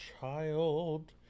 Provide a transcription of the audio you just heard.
child